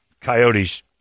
Coyotes